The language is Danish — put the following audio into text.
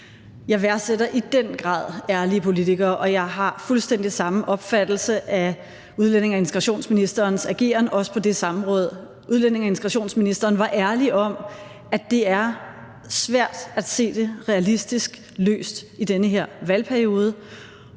Jeg værdsætter i den grad ærlige politikere, og jeg har fuldstændig samme opfattelse af udlændinge- og integrationsministerens ageren også på det samråd. Udlændinge- og integrationsministeren var ærlig om, at det er svært at se det realistisk løst i den her valgperiode.